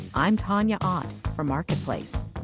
i'm tanya ott for marketplace